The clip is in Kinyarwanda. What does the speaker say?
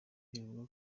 bivugwa